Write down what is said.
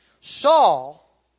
Saul